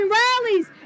rallies